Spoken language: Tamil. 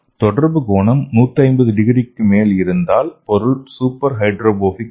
தொடர்பு கோணம் 150 டிகிரிக்கு மேல் இருந்தால் பொருள் சூப்பர் ஹைட்ரோபோபிக் ஆகும்